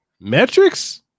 metrics